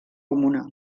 comuna